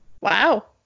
Wow